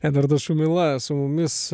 edvardas šumila su mumis